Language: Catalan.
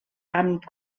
amb